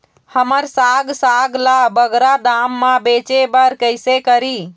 हमर साग साग ला बगरा दाम मा बेचे बर कइसे करी?